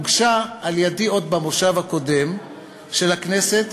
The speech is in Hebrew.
הוגשה על-ידי עוד במושב הקודם של הכנסת,